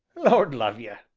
lord love you!